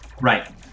Right